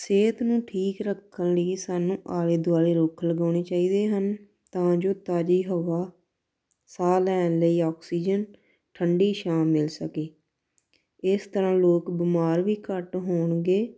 ਸਿਹਤ ਨੂੰ ਠੀਕ ਰੱਖਣ ਲਈ ਸਾਨੂੰ ਆਲੇ ਦੁਆਲੇ ਰੁੱਖ ਲਗਾਉਣੇ ਚਾਹੀਦੇ ਹਨ ਤਾਂ ਜੋ ਤਾਜ਼ੀ ਹਵਾ ਸਾਹ ਲੈਣ ਲਈ ਆਕਸੀਜਨ ਠੰਢੀ ਛਾਂ ਮਿਲ ਸਕੇ ਇਸ ਤਰ੍ਹਾਂ ਲੋਕ ਬਿਮਾਰ ਵੀ ਘੱਟ ਹੋਣਗੇ